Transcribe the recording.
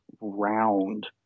round